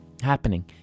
happening